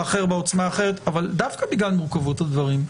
האחר בעוצמה האחרת; אבל דווקא בגלל מורכבות הדברים,